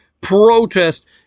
protest